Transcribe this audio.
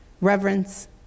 reverence